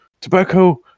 tobacco